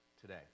today